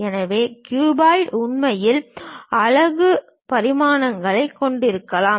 எனவே க்யூபாய்டு உண்மையில் அலகு பரிமாணங்களைக் கொண்டிருக்கலாம்